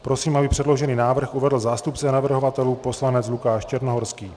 Prosím, aby předložený návrh uvedl zástupce navrhovatelů, poslanec Lukáš Černohorský.